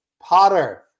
Potter